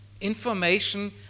Information